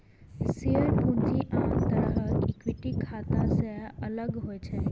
share पूंजी आन तरहक इक्विटी खाता सं अलग होइ छै